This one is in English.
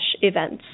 events